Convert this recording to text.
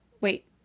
Wait